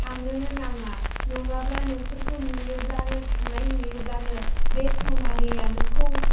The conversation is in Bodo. थांनोनो नाङा नङाब्ला नोंसोरखौ नुयोब्लानो थांनाय नुयोब्लानो बे सनारिया नोंखौ